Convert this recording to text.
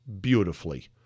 beautifully